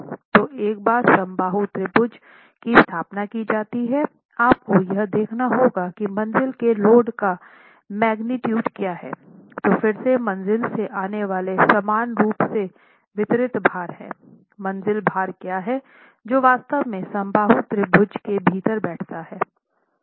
तो एक बार समबाहु त्रिभुज की स्थापना की जाती है आपको यह देखना होगा कि मंज़िल के लोड का मैगनीटुड क्या है जो फिर से मंज़िल से आने वाले समान रूप से वितरित भार है मंज़िल भार क्या है जो वास्तव में समबाहु त्रिभुज के भीतर बैठता है